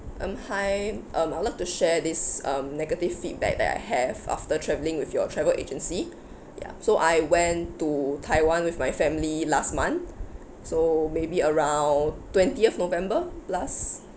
um hi um I would like to share this um negative feedback that I have after traveling with your travel agency ya so I went to taiwan with my family last month so maybe around twentieth november last